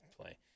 play